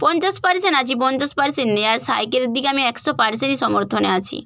পঞ্চাশ পারসেন্ট আছি পঞ্চাশ পারসেন্ট নেই আর সাইকেলের দিকে আমি একশো পারসেন্টই সমর্থনে আছি